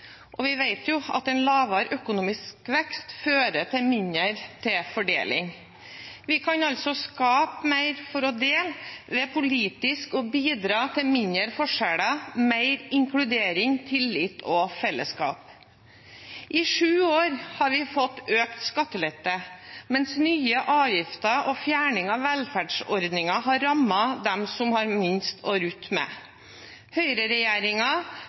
Vi vet at en lavere økonomisk vekst fører til mindre til fordeling. Vi kan altså skape mer for å dele ved politisk å bidra til mindre forskjeller, mer inkludering, tillit og fellesskap. I sju år har vi fått økt skattelette, mens nye avgifter og fjerning av velferdsordninger har rammet dem som har minst å rutte med.